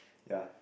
ya